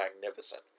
magnificent